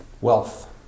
wealth